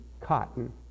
cotton